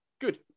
good